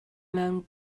mewn